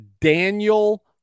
Daniel